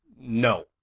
No